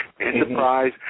enterprise